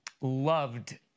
loved